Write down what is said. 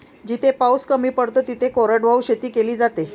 जिथे पाऊस कमी पडतो तिथे कोरडवाहू शेती केली जाते